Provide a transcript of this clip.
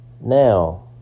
Now